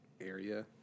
area